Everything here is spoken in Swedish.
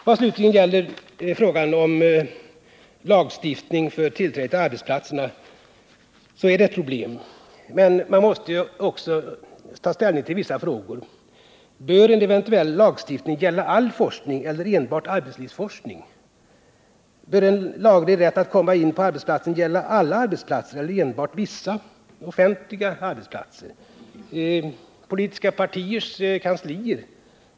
Vad slutligen gäller frågan om lagstiftning för tillträde till arbetsplatserna så är det ett problem. Men man måste också ta ställning till vissa frågor. Bör en eventuell lagstiftning gälla all forskning eller enbart arbetslivsforskning? Bör en laglig rätt att komma in på arbetsplatsen gälla alla arbetsplatser eller enbart vissa arbetsplatser? Skall den gälla även politiska partiers kanslier?